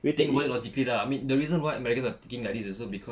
think logically lah I mean the reason what america are thinking like this also cause